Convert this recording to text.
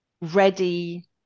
ready